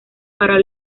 para